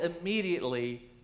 immediately